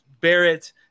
Barrett